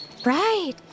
Right